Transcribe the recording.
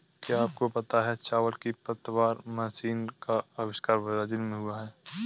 क्या आपको पता है चावल की पतवार मशीन का अविष्कार ब्राज़ील में हुआ